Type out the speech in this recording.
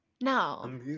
no